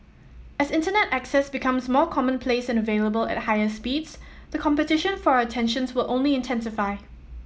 as Internet access becomes more commonplace and available at higher speeds the competition for our attentions will only intensify